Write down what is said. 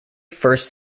first